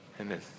Amen